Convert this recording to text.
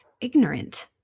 ignorant